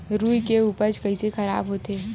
रुई के उपज कइसे खराब होथे?